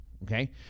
Okay